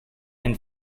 and